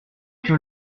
que